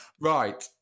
Right